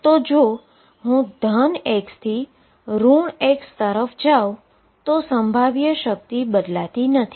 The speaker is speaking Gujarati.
તો જો હું ધન x થી x ઋણ તરફ જાઉં તો પોટેંશિઅલ બદલાતી નથી